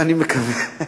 אני מקווה.